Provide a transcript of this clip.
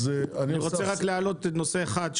אני רק רוצה להעלות עוד נושא אחד,